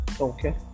Okay